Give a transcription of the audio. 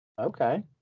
okay